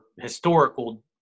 historical